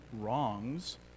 wrongs